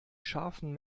scharfen